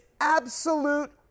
absolute